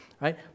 right